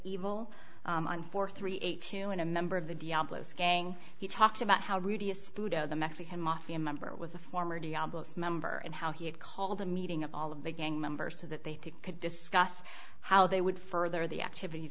evil on for three eight two and a member of the diablo scanning he talked about how radius budo the mexican mafia member was a former diablos member and how he had called a meeting of all of the gang members to that they could discuss how they would further the activities